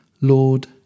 Lord